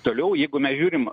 toliau jeigu mes žiūrim